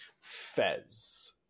Fez